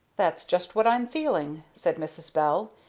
that's just what i'm feeling, said mrs. bell,